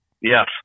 Yes